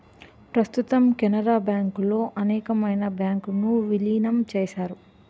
ప్రస్తుతం కెనరా బ్యాంకులో అనేకమైన బ్యాంకు ను విలీనం చేశారు